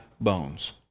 bones